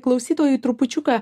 klausytojui trupučiuką